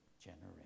generation